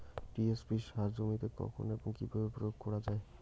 TSP সার জমিতে কখন এবং কিভাবে প্রয়োগ করা য়ায়?